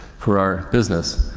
for our business